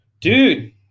dude